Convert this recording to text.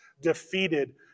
defeated